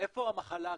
איפה המחלה קרתה?